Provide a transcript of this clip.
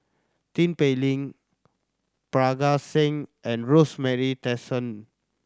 Tin Pei Ling Parga Singh and Rosemary Tessensohn